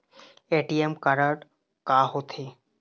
ATM card हा का होते?